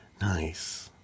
Nice